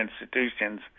institutions